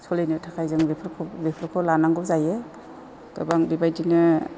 सोलिनो थाखाय जों बेफोरखौ बेफोरखौ लानांगौ जायो गोबां बेबायदिनो